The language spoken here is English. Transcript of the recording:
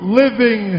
living